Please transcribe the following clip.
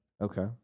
Okay